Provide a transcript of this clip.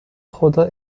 خدا